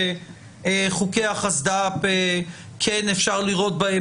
יכול להיות שחוקי החסד"פ כן אפשר לראות בהם